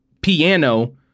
piano